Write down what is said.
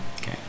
Okay